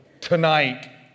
tonight